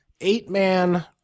eight-man